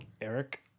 Eric